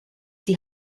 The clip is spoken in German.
die